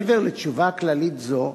מעבר לתשובה כללית זו,